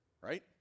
right